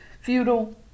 feudal